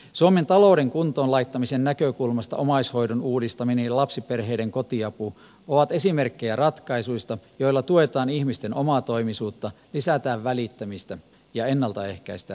suomen talouden kuntoon laittamisen näkökulmasta omaishoidon uudistaminen ja lapsiperheiden kotiapu ovat esimerkkejä ratkaisuista joilla tuetaan ihmisten omatoimisuutta lisätään välittämistä ja ennaltaehkäistään ongelmia